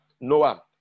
Noah